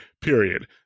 Period